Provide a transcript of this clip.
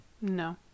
No